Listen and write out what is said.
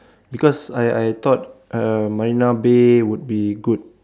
because I I thought uh Marina-Bay would be good